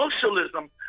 socialism